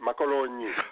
Macoloni